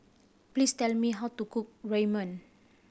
please tell me how to cook Ramyeon